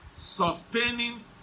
sustaining